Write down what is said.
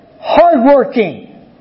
hardworking